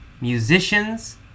musicians